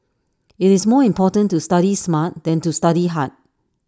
IT is more important to study smart than to study hard